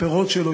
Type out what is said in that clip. הפירות שלו,